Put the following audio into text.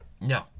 No